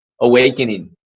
awakening